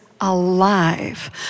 alive